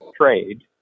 trade